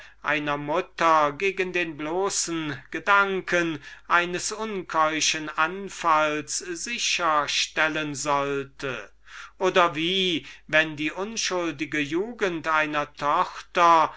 einer mutter gegen den bloßen gedanken eines unkeuschen anfalls sicher stellen soll oder wie wenn die unschuldige jugend einer tochter